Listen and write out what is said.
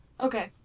Okay